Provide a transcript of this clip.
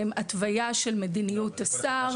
הן התווייה של מדיניות השר.